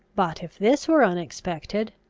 but, if this were unexpected,